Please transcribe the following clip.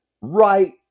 right